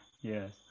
yes